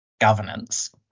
governance